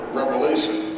revelation